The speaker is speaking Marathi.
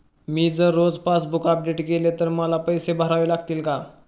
मी जर रोज पासबूक अपडेट केले तर मला पैसे भरावे लागतील का?